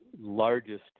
largest